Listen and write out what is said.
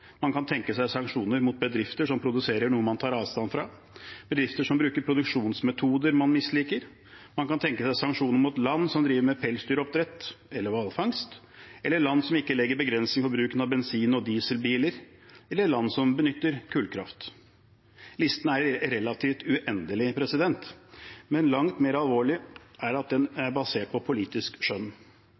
man ikke liker. Man kan tenke seg sanksjoner mot bedrifter som produserer noe man tar avstand fra, bedrifter som bruker produksjonsmetoder man misliker. Man kan tenke seg sanksjoner mot land som driver med pelsdyroppdrett eller hvalfangst, eller land som ikke legger begrensninger på bruken av bensin- og dieselbiler, eller land som benytter kullkraft. Listen er relativt uendelig, men langt mer alvorlig er det at den er basert på politisk skjønn.